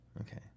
Okay